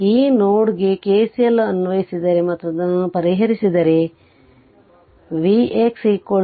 ಆ ನೋಡ್ ಗೆ KCL ಅನ್ವಯಿಸಿದರೆ ಮತ್ತು ಅದನ್ನು ಪರಿಹರಿಸಿದರೆ Vx 25